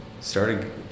starting